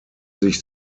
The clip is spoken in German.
sich